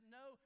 no